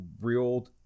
real